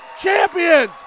champions